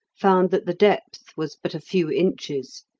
found that the depth was but a few inches.